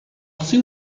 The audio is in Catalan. seu